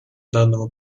данного